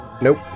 nope